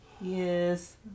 Yes